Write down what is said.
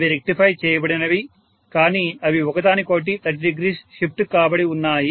అవి రెక్టిఫై చేయబడినవి కానీ అవి ఒకదానికొకటి 300 షిఫ్ట్ కాబడి ఉన్నాయి